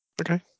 okay